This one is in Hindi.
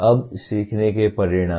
अब सीखने के परिणाम